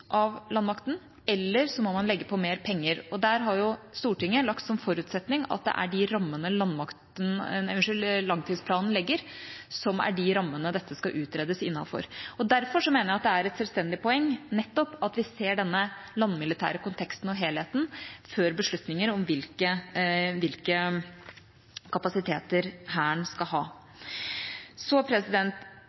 av landmakten, eller så må man legge på mer penger. Der har Stortinget lagt som forutsetning at det er de rammene langtidsplanen legger, som er de rammene dette skal utredes innenfor. Derfor mener jeg det er et selvstendig poeng nettopp at vi ser denne landmilitære konteksten og helheten før beslutninger tas om hvilke kapasiteter Hæren skal ha. Så